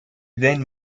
then